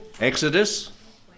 Exodus